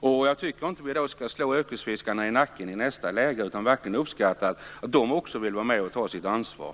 Då tycker jag inte att vi skall slå yrkesfiskarna i nacken i nästa läge utan verkligen uppskatta att de också vill vara med och ta sitt ansvar.